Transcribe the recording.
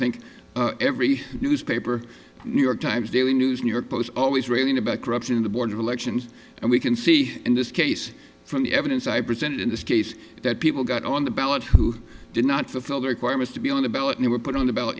think every newspaper new york times daily news new york post always railing about corruption in the board of elections and we can see in this case from the evidence i presented in this case that people got on the ballot who did not fulfill the requirements to be on the ballot and were put on the b